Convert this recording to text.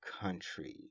country